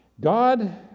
God